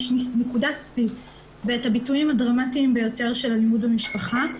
נקודת שיא ואת הביטויים הדרמטיים ביותר של אלימות במשפחה,